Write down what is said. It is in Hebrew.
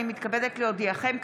הינני מתכבדת להודיעכם,